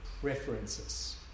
preferences